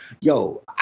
yo